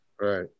right